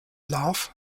love